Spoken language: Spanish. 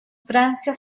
francia